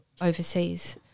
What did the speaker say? overseas